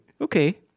Okay